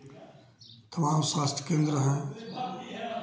तो वहाँ स्वास्थ्य केन्द्र हैं